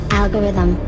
algorithm